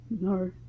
No